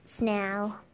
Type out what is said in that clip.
now